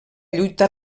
lluita